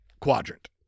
quadrant